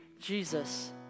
Jesus